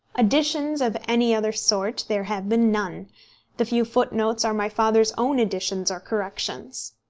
additions of any other sort there have been none the few footnotes are my father's own additions or corrections.